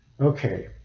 Okay